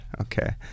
okay